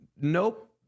Nope